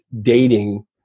dating